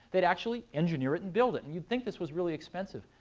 they'd actually engineer it and build it. and you'd think this was really expensive,